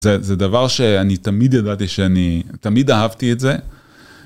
זה דבר שאני תמיד ידעתי שאני תמיד אהבתי את זה.